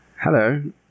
hello